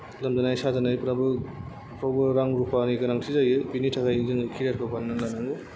लोमजानाय साजानायफ्राबो फ्रावबो रां रुफानि गोनांथि जायो बेनि थाखाय जोङो केरियारखौ बानायनानै लानांगौ